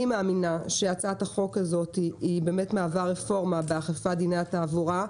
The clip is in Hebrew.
אני מאמינה שהצעת החוק הזאת מהווה רפורמה באכיפת דיני התעבורה,